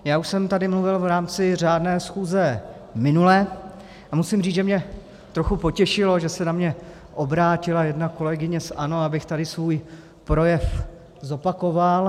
Já už jsem tady mluvil v rámci řádné schůzi minule a musím říct, že mě trochu potěšilo, že se na mě obrátila jedna kolegyně z ANO, abych tady svůj projev zopakoval.